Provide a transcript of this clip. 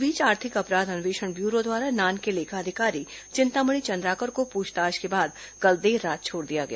इस बीच आर्थिक अपराध अन्वेषण ब्यूरो द्वारा नान के लेखा अधिकारी चिंतामणि चंद्राकर को पूछताछ के बाद कल देर रात छोड़ दिया गया